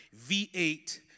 v8